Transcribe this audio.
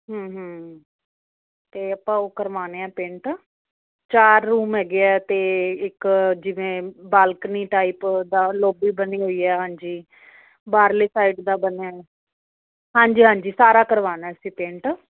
ਹੂੰ ਹੂੰ ਤੇ ਆਪਾਂ ਉਹ ਕਰਵਾਨੇ ਐ ਪੇਂਟ ਚਾਰ ਰੂਮ ਹੈਗੇ ਐ ਤੇ ਇੱਕ ਜਿਵੇਂ ਬਾਲਕਨੀ ਟਾਈਪ ਦਾ ਲੋਬੀ ਬਣੀ ਹੋਈ ਐ ਹਾਂਜੀ ਬਾਹਰਲੀ ਸਾਈਡ ਦਾ ਬਨਿਆ ਹਾਂਜੀ ਹਾਂਜੀ ਸਾਰਾ ਕਰਵਾਨਾ ਅਸੀਂ ਪੇਂਟ